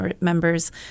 members